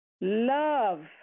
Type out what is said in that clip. Love